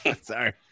Sorry